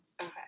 Okay